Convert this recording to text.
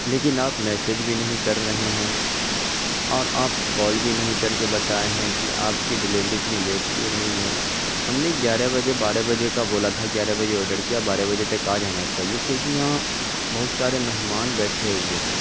لیکن آپ میسج بھی نہیں کر رہے ہیں اور آپ کال بھی نہیں کر کے بتائے ہیں کہ آپ کی ڈیلیوری اتنی لیٹ کیوں رہی ہے ہم نے گیارہ بجے بارہ بجے کا بولا تھا گیارہ بجے آڈر کیا بارہ بجے تک آ جانا چاہیے کیونکہ یہاں بہت سارے مہمان بیٹھے ہوئے ہیں